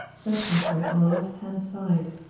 searching for it on the left-hand side.